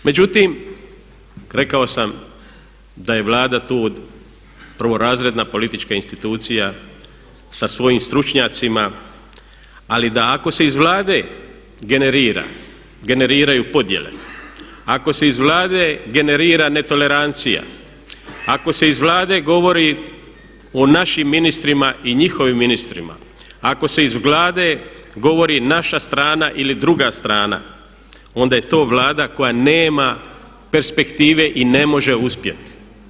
Međutim, rekao sam da je Vlada tu prvorazredna politička institucija sa svojim stručnjacima ali da ako se iz Vlade generira, generiraju podjele, ako se iz Vlade generira ne tolerancija, ako se iz Vlade govori o našim ministrima i njihovim ministrima, ako se iz Vlade govori naša strana ili druga strana onda je to Vlada koja nema perspektive i ne može uspjeti.